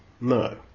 No